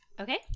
Okay